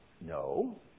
No